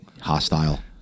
Hostile